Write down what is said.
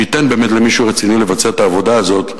שייתן באמת למישהו רציני לבצע את העבודה הזאת,